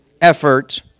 effort